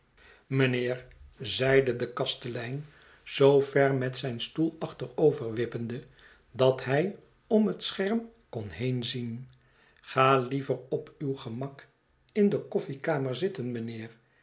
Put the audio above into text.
heer zeide de kastelein zoo ver met zijn stoel achteroverwippende dat hij om het scherm kon heenzien ga liever op uw gemak in de koffiekamer zitten mijnheer